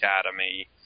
Academy